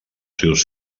seus